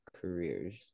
careers